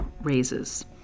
raises